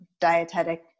dietetic